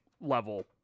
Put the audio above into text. level